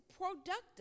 productive